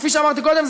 וכפי שאמרתי קודם,